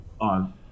On